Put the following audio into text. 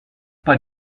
pas